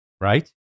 right